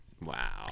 Wow